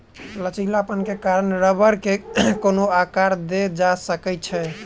लचीलापन के कारण रबड़ के कोनो आकर देल जा सकै छै